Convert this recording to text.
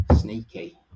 Sneaky